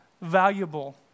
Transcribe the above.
valuable